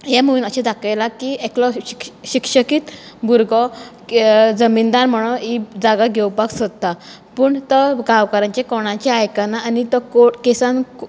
हे मुवीन अशें दाखयलां की एकलो शिक शिक्षीत भुरगो जमीनदार म्हणून ही जागा घेवपाक सोदता पूण तो गांवकारांचें कोणाचें आयकाना आनी तो कोट केसान